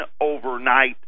overnight